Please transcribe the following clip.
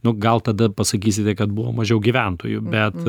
nu gal tada pasakysite kad buvo mažiau gyventojų bet